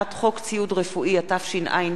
התשע"ב 2012,